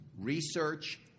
research